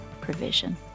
provision